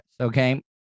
okay